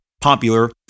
popular